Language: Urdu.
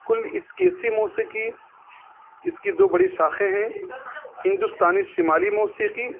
کل اس کیسی موسیقی اس کی دو بڑی شاخیں ہیں ہندوستانی شمالی موسیقی